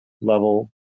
level